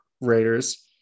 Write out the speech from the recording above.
Raiders